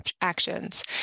actions